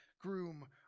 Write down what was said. groom